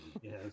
Yes